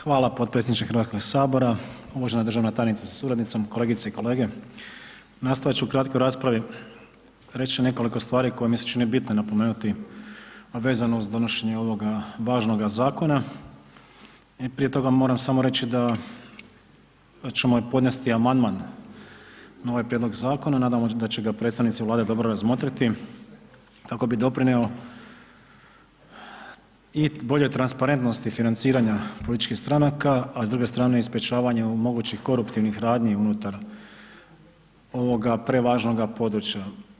Hvala podpredsjedniče Hrvatskog sabora, uvažena državna tajnice sa suradnicom, kolegice i kolege, nastojat ću u kratkoj raspravi reći ću nekoliko stvari koje mi se čine bitne napomenuti vezano uz donošenje ovoga važnoga zakona i prije toga moram samo reći da ćemo i podnesi amandman na ovaj prijedlog zakona, nadamo se da će ga predstavnici Vlade dobro razmotriti kako bi doprinio i boljoj transparentnosti financiranja političkih stranaka, a s druge strane i sprečavanju mogućih koruptivnih radnji unutar ovoga prevažnoga područja.